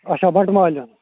اچھا بٹہٕ مالیُن